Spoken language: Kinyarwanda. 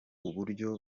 uburyo